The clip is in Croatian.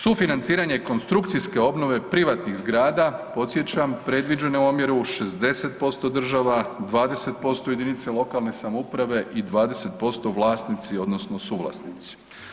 Sufinanciranje konstrukcije obnove privatnih zgrada, podsjećam, predviđen je u omjeru 60% država, 20% jedinice lokalne samouprave i 20% vlasnici odnosno suvlasnici.